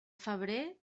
febrer